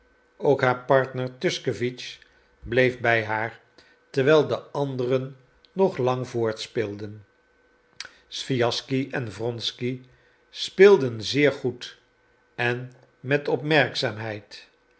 ook haar partner tuschkewitsch bleef bij haar terwijl de anderen nog lang voortspeelden swijaschsky en wronsky speelden zeer goed en met